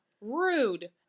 rude